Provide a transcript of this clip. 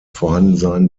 vorhandensein